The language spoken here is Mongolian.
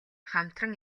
хамтран